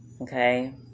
Okay